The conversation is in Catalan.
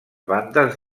bandes